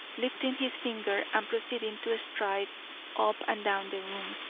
lifting his finger and proceeding to stride up and down the room.